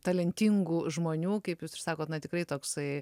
talentingų žmonių kaip jūs ir sakot na tikrai toksai